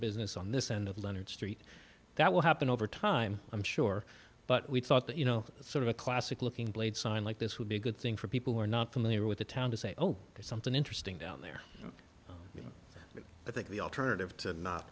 business on this end of leonard street that will happen over time i'm sure but we thought that you know sort of a classic looking plate sign like this would be a good thing for people who are not familiar with a town to say oh there's something interesting down there but i think the alternative to not